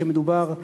שמדובר בידיד.